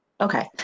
Okay